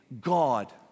God